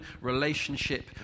relationship